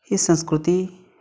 ही संस्कृती